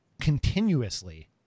continuously